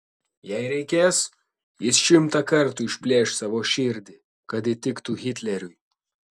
jei reikės jis šimtą kartų išplėš savo širdį kad įtiktų hitleriui